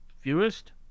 Fewest